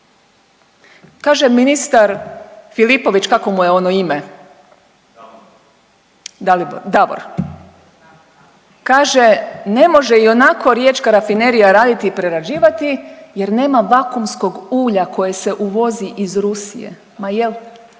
Kaže ministar Filipović, kako mu je ono ime Davor, kaže ne može ionako Riječka rafinerija raditi i prerađivati jer nema vakuumskog ulja koje se uvozi iz Rusije. Ma jel?